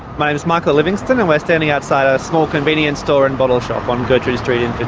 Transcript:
my name is michael livingstone and we're standing outside a small convenience store and bottle shop on gertrude street in